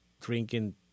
drinking